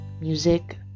Music